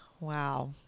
Wow